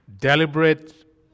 deliberate